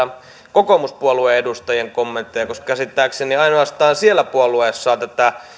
kokoomuspuolueen edustajien kommentteja koska käsittääkseni ainoastaan siellä puolueessa on tätä